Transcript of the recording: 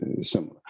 similar